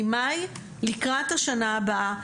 ממאי לקראת השנה הבאה,